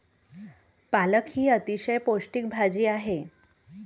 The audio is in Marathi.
पालक ही अतिशय पौष्टिक भाजी आहे